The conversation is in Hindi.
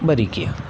बरी किया